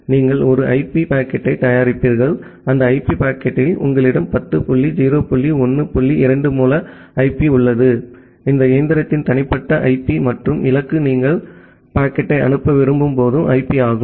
நீங்கள் ஒரு ஐபி பாக்கெட்டைத் தயாரிப்பீர்கள் அந்த ஐபி பாக்கெட்டில் உங்களிடம் 10 டாட் 0 டாட் 1 டாட் 2 மூல ஐபி உள்ளது இந்த இயந்திரத்தின் தனிப்பட்ட ஐபி மற்றும் இலக்கு நீங்கள் பாக்கெட்டை அனுப்ப விரும்பும் பொது ஐபி ஆகும்